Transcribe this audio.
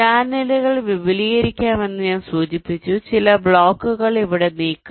ചാനലുകൾ വിപുലീകരിക്കാമെന്ന് ഞാൻ സൂചിപ്പിച്ചു ചില ബ്ലോക്കുകൾ ഇവിടെ നീക്കും